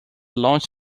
launch